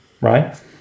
right